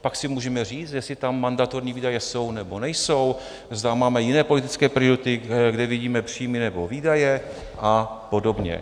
Pak si můžeme říct, jestli tam mandatorní výdaje jsou, nebo nejsou, zda máme jiné politické priority, kde vidíme příjmy nebo výdaje a podobně.